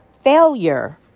Failure